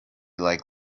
like